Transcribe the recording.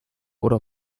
oder